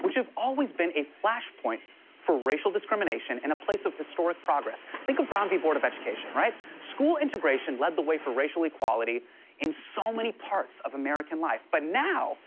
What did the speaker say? which always been a flash point for racial discrimination in a place of historic progress. think of brown v. board of education, right? school integration led the way for racial equality in so many parts of american life, but now